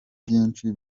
byinshi